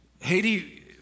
Haiti